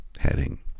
heading